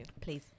Please